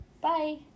Bye